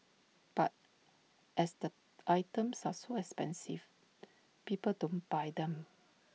but as the items are so expensive people don't buy them